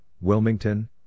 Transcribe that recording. Wilmington